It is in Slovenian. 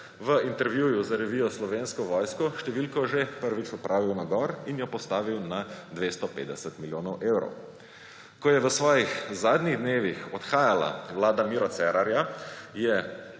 v intervjuju za revijo Slovenska vojska številko že prvič popravil na gor in jo postavil na 250 milijonov evrov. Ko je v svojih zadnjih dneh odhajala vlada Mira Cerarja, je